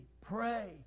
pray